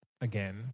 again